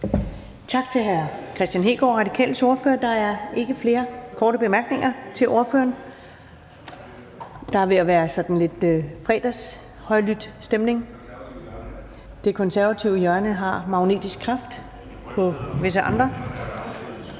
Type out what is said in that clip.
Tak til hr. Kristian Hegaard, Radikales ordfører. Der er ikke flere korte bemærkninger til ordføreren. Der er ved at være sådan lidt højlydt fredagsstemning. Det konservative hjørne har magnetisk kraft på visse andre.